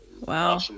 Wow